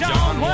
John